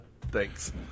Thanks